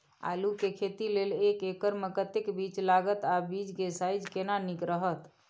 आलू के खेती लेल एक एकर मे कतेक बीज लागत आ बीज के साइज केना नीक रहत?